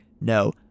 No